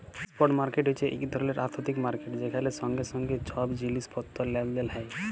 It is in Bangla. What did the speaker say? ইস্প্ট মার্কেট হছে ইক ধরলের আথ্থিক মার্কেট যেখালে সঙ্গে সঙ্গে ছব জিলিস পত্তর লেলদেল হ্যয়